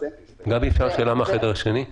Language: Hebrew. גבי, אפשר שאלה מהחדר השני?